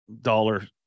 dollar